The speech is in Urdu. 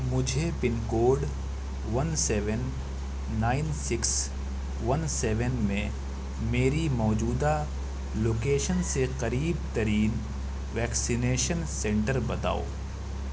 مجھے pin code one seven nine six one seven میں میری موجودہ لوکیشن سے قریب ترین ویکسینیشن سینٹر بتاؤ